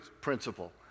principle